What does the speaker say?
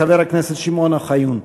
חבר הכנסת שמעון אוחיון.